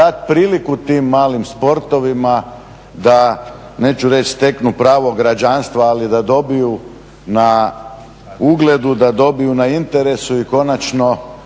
dati priliku tim malim sportovima da neću reći steknu pravo građanstva ali da dobiju na ugledu, da dobiju na interesu i konačno